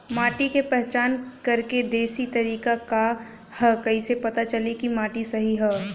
माटी क पहचान करके देशी तरीका का ह कईसे पता चली कि माटी सही ह?